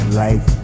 life